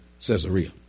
Caesarea